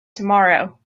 tomorrow